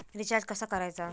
Recharge कसा करायचा?